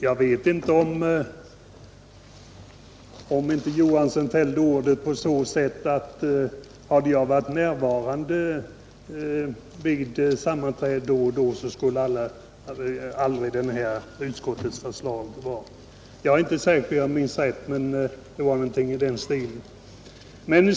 Jag tror herr Johansson uttryckte sig på det sättet att om han hade varit närvarande vid sammanträdet när vi diskuterade denna fråga då skulle aldrig utskottets förslag ha blivit som det blev. Jag är inte säker på att jag minns rätt men det var någonting i den stilen.